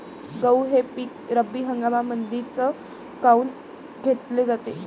गहू हे पिक रब्बी हंगामामंदीच काऊन घेतले जाते?